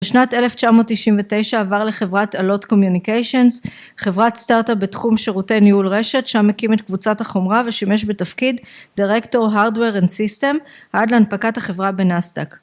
בשנת 1999 עבר לחברת Allot Communications, חברת סטארט-אפ בתחום שירותי ניהול רשת, שם הקים את קבוצת החומרה ושימש בתפקיד דירקטור Hardware and System עד להנפקת החברה בנאסד"ק.